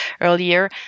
earlier